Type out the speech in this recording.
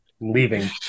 Leaving